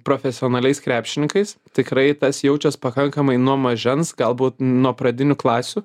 profesionaliais krepšininkais tikrai tas jaučias pakankamai nuo mažens galbūt nuo pradinių klasių